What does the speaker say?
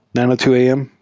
nine ah two am.